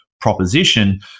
proposition